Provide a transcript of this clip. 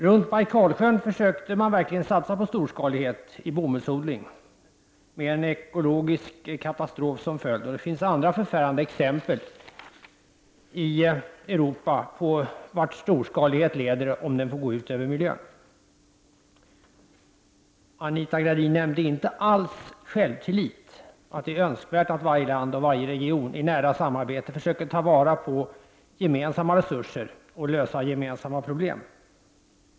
Runt Bajkalsjön försökte man verkligen satsa på storskalighet vid bomullsodling, med en ekologisk katastrof som följd. Det finns även andra förfärande exempel i Europa på vart storskalighet leder om den får gå ut över miljön. Anita Gradin nämnde inte alls något om självtillit, och att det är önskvärt att varje land och varje region i nära samarbete försöker ta vara på gemensamma resurser och lösa gemensamma problem.